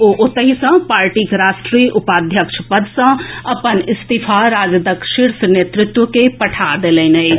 ओ ओतहि सॅ पार्टीक राष्ट्रीय उपाध्यक्ष पद सॅ अपन इस्तीफा राजदक शीर्ष नेतृत्व के पठा देलनि अछि